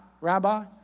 Rabbi